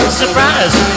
surprise